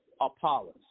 Apollos